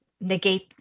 negate